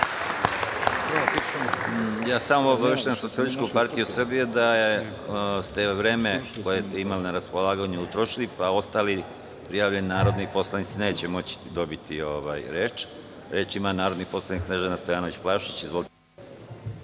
Obaveštavam Socijalističku partiju Srbije da je vreme koje je imala na raspolaganju potrošeno, pa ostali prijavljeni narodni poslanici neće moći da dobiju reč. Reč ima narodni poslanik Snežana Stojanović Plavšić.